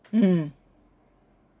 mm